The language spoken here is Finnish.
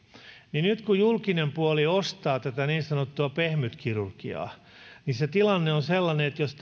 kun julkinen puoli ostaa tätä niin sanottua pehmytkirurgiaa niin se tilanne on sellainen että jos